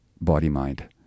body-mind